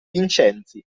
vincenzi